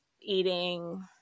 eating